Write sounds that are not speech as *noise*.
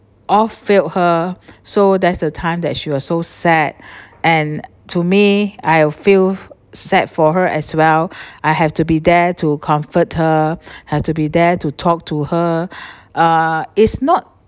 all failed her so there's the time that she was so sad and to me I will feel sad for her as well *breath* I have to be there to comfort her had to be there to talk to her uh is not